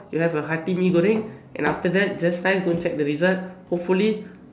you have a hearty Mee-Goreng then after that just nice go and check the result hopefully